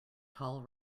tall